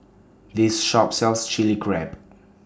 This Shop sells Chilli Crab